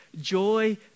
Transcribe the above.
joy